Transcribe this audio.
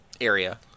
area